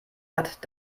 hat